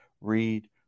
read